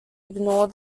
ignore